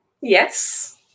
Yes